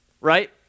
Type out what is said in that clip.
Right